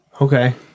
Okay